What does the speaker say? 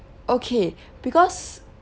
okay because